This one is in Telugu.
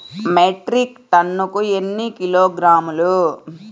మెట్రిక్ టన్నుకు ఎన్ని కిలోగ్రాములు?